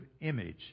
image